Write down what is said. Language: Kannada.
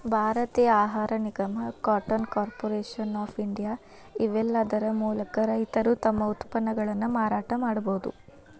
ಭಾರತೇಯ ಆಹಾರ ನಿಗಮ, ಕಾಟನ್ ಕಾರ್ಪೊರೇಷನ್ ಆಫ್ ಇಂಡಿಯಾ, ಇವೇಲ್ಲಾದರ ಮೂಲಕ ರೈತರು ತಮ್ಮ ಉತ್ಪನ್ನಗಳನ್ನ ಮಾರಾಟ ಮಾಡಬೋದು